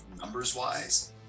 numbers-wise